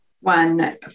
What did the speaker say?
one